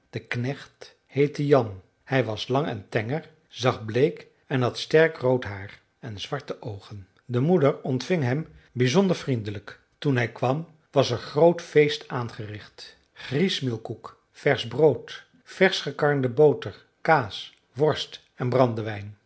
de knecht heette jan hij was lang en tenger zag bleek en had sterk rood haar en zwarte oogen de moeder ontving hem bizonder vriendelijk toen hij kwam was er groot feest aangericht griesmeelkoek versch brood verschgekarnde boter kaas worst en brandewijn